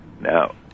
Now